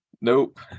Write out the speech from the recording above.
Nope